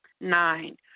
Nine